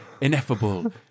Ineffable